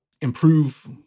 improve